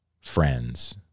friends